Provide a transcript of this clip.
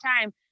time